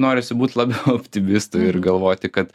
norisi būt labiau optimistu ir galvoti kad